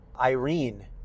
Irene